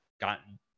gotten